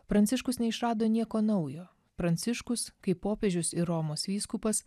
pranciškus neišrado nieko naujo pranciškus kaip popiežius ir romos vyskupas